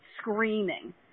screaming